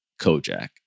Kojak